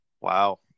wow